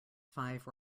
five